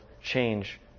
change